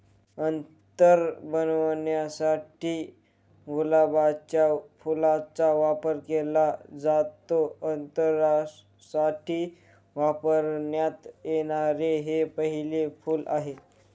अत्तर बनवण्यासाठी गुलाबाच्या फुलाचा वापर केला जातो, अत्तरासाठी वापरण्यात येणारे हे पहिले फूल आहे